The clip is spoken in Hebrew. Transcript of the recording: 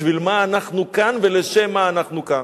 בשביל מה אנחנו כאן ולשם מה אנחנו כאן.